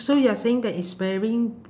so you're saying that it's wearing